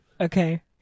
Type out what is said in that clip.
Okay